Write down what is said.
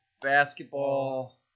basketball